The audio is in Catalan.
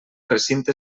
recinte